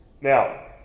Now